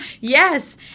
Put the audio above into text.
Yes